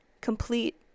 complete